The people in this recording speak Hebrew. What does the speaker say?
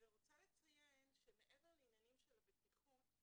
ורוצה לציין שמעבר לעניינים של הבטיחות,